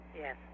Yes